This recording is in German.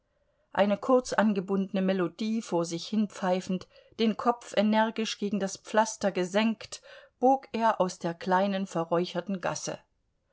eine kurz angebundene melodie vor sich hinpfeifend den kopf energisch gegen das pflaster gesenkt bog er aus der kleinen verräucherten gasse